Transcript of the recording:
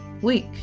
week